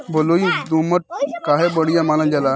बलुई दोमट काहे बढ़िया मानल जाला?